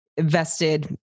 vested